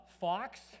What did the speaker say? Fox